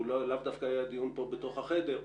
והוא לאו דווקא היה דיון פה בתוך החדר,